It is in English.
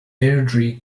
airdrie